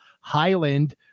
Highland